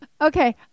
Okay